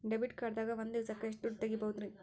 Debit card ದಾಗ ಒಂದ್ ದಿವಸಕ್ಕ ಎಷ್ಟು ದುಡ್ಡ ತೆಗಿಬಹುದ್ರಿ?